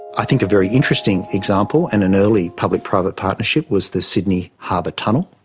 i think a very interesting example and an early public private partnership was the sydney harbour tunnel.